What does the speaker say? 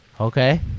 Okay